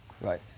Right